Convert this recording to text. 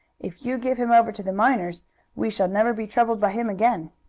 if you give him over to the miners we shall never be troubled by him again.